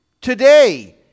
Today